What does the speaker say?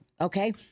okay